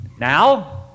Now